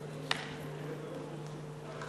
אנחנו